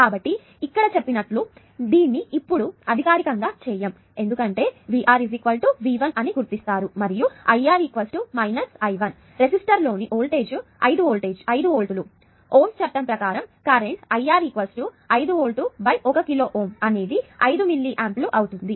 కాబట్టి ఇక్కడ చెప్పినట్టు దీన్ని ఇప్పుడు అధికారికంగా చేయము ఎందుకంటే VR V1 అని గుర్తిస్తారు మరియు I R I 1 రెసిస్టర్లలోని వోల్టేజ్ 5 వోల్ట్లు ఓమ్స్ చట్టం ప్రకారం కరెంట్ IR 5 వోల్ట్ 1కిలో అనేది 5 మిల్లీ ఆంపియర్ అవుతుంది